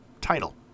title